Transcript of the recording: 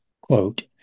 Quote